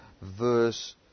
verse